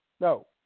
no